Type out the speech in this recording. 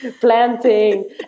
planting